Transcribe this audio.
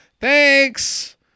Thanks